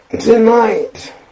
Tonight